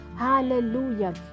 Hallelujah